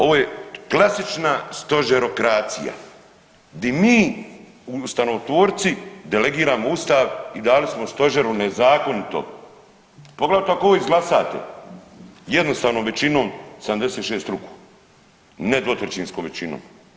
Ovo je klasična stožerokracija di mi ustavotvorci delegiramo Ustav i dali smo stožeru nezakonito, poglavito ako ovo izglasate jednostavnom većinom 76 ruku, ne dvotrećinskom većinom.